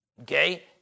okay